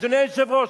אדוני היושב-ראש,